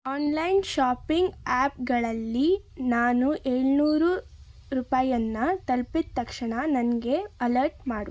online shopping ಆ್ಯಪ್ಗಳಲ್ಲಿ ನಾನು ಏಳ್ನೂರು ರೂಪಾಯಿಯನ್ನ ತಲುಪಿದ ತಕ್ಷಣ ನನಗೆ ಅಲರ್ಟ್ ಮಾಡು